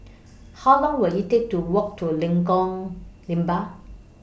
How Long Will IT Take to Walk to Lengkong Lima